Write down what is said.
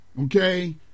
Okay